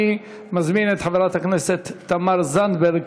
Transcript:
אני מזמין את חברת הכנסת תמר זנדברג,